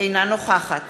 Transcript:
אינה נוכחת